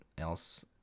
else